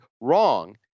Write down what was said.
wrong